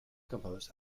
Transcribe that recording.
composed